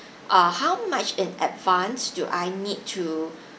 ah how much in advance do I need to